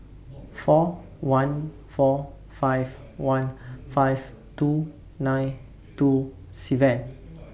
four one four five one five two nine two seven